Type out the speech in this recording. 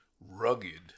rugged